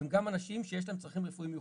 הם גם אנשים שיש להם צרכים רפואיים מיוחדים.